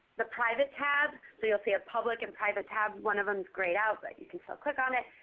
the private tab. so you'll see a public and private tab. one of them is grayed out but you can still so click on it.